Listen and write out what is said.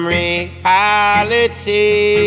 reality